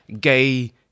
gay